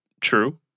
True